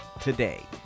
today